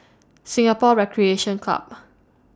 Singapore Recreation Club